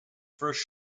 first